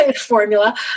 formula